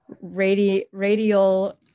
radial